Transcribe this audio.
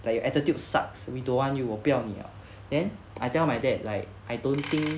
but your attitude sucks we don't want you 我不要你 liao then I tell my dad like I don't think